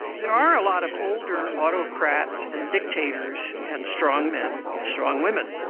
there are a lot of older autocrats and dictators and strongmen, strongwomen,